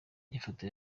ifoto